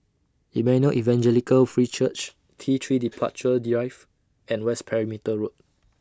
Emmanuel Evangelical Free Church T three Departure Drive and West Perimeter Road